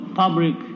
public